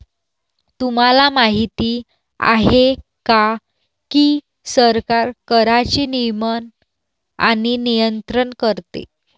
तुम्हाला माहिती आहे का की सरकार कराचे नियमन आणि नियंत्रण करते